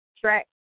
track